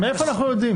אני ויהודה כבר נפגשנו